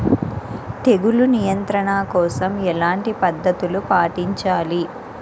తెగులు నియంత్రణ కోసం ఎలాంటి పద్ధతులు పాటించాలి?